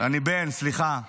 אני בן, סליחה.